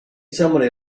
somebody